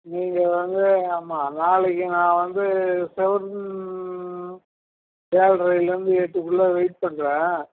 நீங்கள் வந்து ஆமாம் நாளைக்கு நான் வந்து ஏழரையில் இருந்து எட்டுக்குள் வெயிட் பண்ணுறேன்